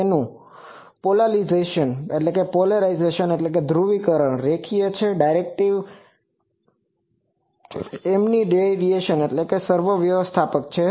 તેનું પોલાલીઝેસનPolarization ધ્રુવીકરણ રેખીય છે ડાયરેક્ટિવિટી ઓમનીડીરેક્ષ્નલOmniDirectionalસર્વવ્યાપક છે